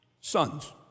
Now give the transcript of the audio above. sons